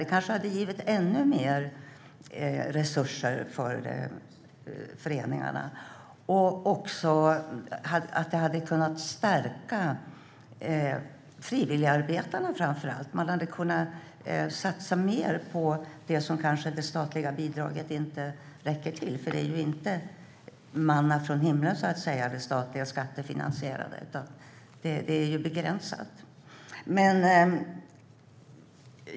Det kanske hade inneburit ännu mer resurser för föreningarna, och det hade kunnat stärka framför allt frivilligarbetarna. Man hade kunnat satsa mer på det som det statliga bidraget inte räcker för, för det statliga, skattefinansierade bidraget är ju inte manna från himlen, utan det är begränsat.